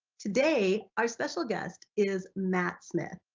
today our special guest is matt smith,